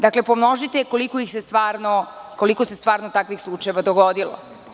Dakle, pomnožite koliko se njih stvarno, takvih slučajeva dogodilo.